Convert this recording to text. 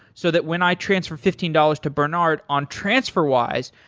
so that when i transfer fifteen dollars to bernard on transferwise,